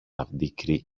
αντίκρυ